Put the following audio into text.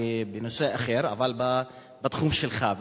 בנושא אחר אבל בתחום שלך,